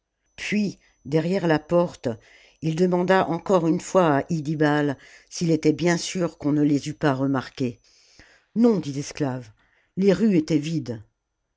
puis derrière la porte il demanda encore une fois à iddibal s'il était bien sûr qu'on ne les eût pas remarqués non dit l'esclave les rues étaient vides